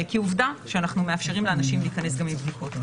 כי עובדה שאנחנו מאפשרים לאנשים להיכנס גם עם בדיקות.